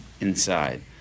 inside